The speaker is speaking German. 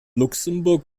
luxemburg